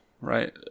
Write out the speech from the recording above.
right